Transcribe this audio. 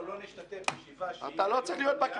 אנחנו לא נשתתף בישיבה שהיא --- אתה לא צריך להיות בכנסת.